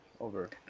over